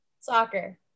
soccer